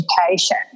education